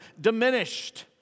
diminished